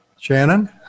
Shannon